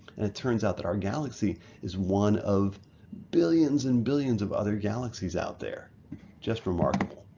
and it turns out that our galaxy is one of billions and billions of other galaxies out there just remarkable.